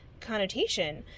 connotation